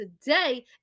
today